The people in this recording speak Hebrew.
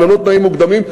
ללא תנאים מוקדמים,